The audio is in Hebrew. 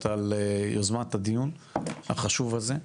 תמנו-שטה על יוזמת הדיון החשוב הזה.